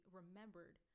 remembered